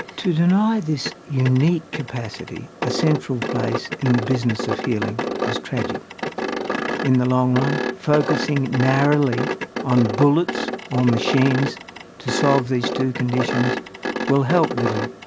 to deny this unique capacity a central place in the business of healing is tragic in the long run, focussing narrowly on bullets or machines to solve these two conditions will help little,